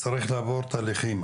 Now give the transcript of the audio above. צריך לעבור תהליכים.